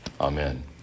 Amen